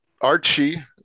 Archie